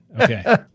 Okay